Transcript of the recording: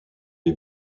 les